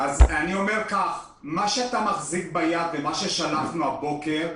אני אומר לך: מה שאתה מחזיק ביד זה מה ששלחנו הבוקר.